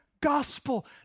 gospel